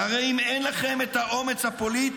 שהרי אם אין לכם את האומץ הפוליטי